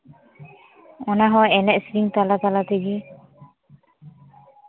ᱚᱱᱟ ᱦᱚᱸ ᱮᱱᱮᱡ ᱥᱮᱨᱮᱧ ᱛᱟᱞᱟ ᱛᱟᱞᱟ ᱛᱮᱜᱮ